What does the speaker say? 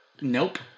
Nope